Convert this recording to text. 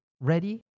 Ready